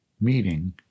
meeting